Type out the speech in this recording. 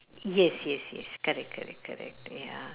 yes yes yes correct correct correct ya